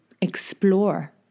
explore